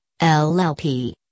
LLP